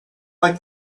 like